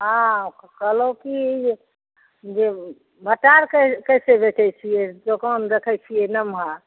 हॅं कहलौ कि जे जे भट्टा आर कइसे बेचै छियै दोकान दखै छियै नमहर